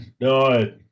no